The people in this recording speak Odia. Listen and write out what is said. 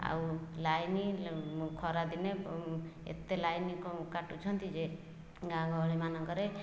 ଆଉ ଲାଇନ୍ ଖରାଦିନେ ଏତେ ଲାଇନ୍ କାଟୁଛନ୍ତି ଯେ ଗାଁ ଗହଳି ମାନଙ୍କରେ